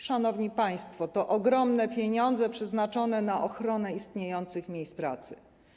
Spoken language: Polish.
Szanowni państwo, to ogromne pieniądze przeznaczone na ochronę istniejących miejsc pracy.